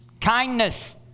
Kindness